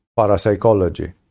parapsychology